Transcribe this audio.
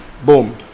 Boom